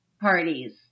parties